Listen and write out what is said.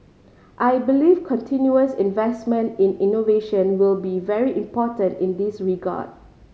I believe continuous investment in innovation will be very important in this regard